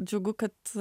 džiugu kad